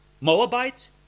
Moabites